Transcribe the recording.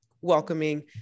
welcoming